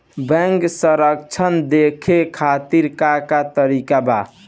Bank सराश देखे खातिर का का तरीका बा?